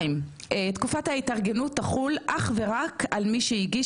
תקופת ההתארגנות תחול אך ורק על מי שהגיש